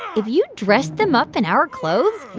if you dress them up in our clothes,